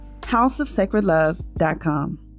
houseofsacredlove.com